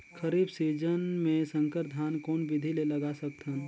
खरीफ season मे संकर धान कोन विधि ले लगा सकथन?